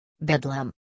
Bedlam